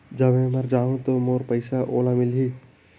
जब मै मर जाहूं तो मोर पइसा ओला मिली?